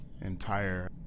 entire